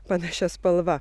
panašia spalva